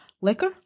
liquor